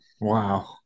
Wow